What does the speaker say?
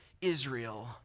Israel